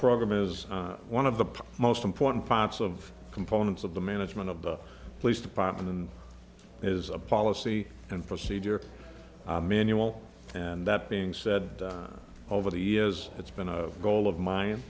program is one of the most important jobs of components of the management of the police department and is a policy and procedure manual and that being said over the years it's been a goal of mine